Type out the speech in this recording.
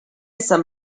some